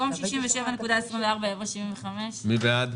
במקום 67.24 יבוא 75. מי בעד?